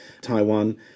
Taiwan